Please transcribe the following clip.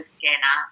Siena